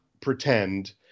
pretend